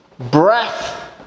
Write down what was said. Breath